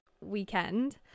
weekend